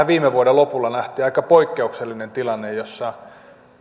viime vuoden lopulla nähtiin aika poikkeuksellinen tilanne jossa